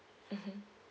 mmhmm